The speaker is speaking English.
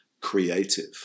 creative